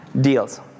deals